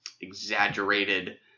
exaggerated